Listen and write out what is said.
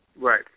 Right